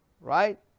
Right